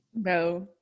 No